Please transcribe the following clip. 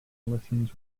listens